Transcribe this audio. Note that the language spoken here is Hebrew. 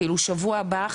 כאילו שבוע הבא,